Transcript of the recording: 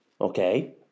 Okay